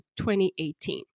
2018